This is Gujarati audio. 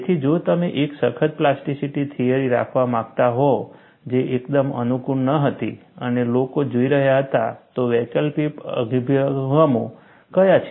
તેથી જો તમે એક સખત પ્લાસ્ટિસિટી થિયરી રાખવા માંગતા હોવ જે એકદમ અનુકૂળ ન હતી અને લોકો જોઈ રહ્યા હતા તો વૈકલ્પિક અભિગમો કયા છે